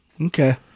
Okay